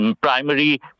primary